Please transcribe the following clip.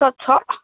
sir छ